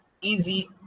easy